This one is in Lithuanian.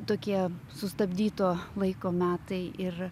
tokie sustabdyto vaiko metai ir